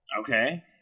Okay